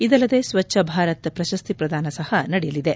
ಇದಲ್ಲದೆ ಸ್ವಚ್ಛ ಭಾರತ್ ಪ್ರಶಸ್ತಿ ಪ್ರದಾನ ಸಹ ನಡೆಯಲಿದೆ